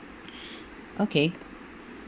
okay